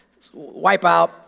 wipeout